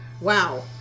wow